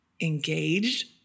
engaged